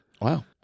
Wow